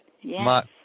Yes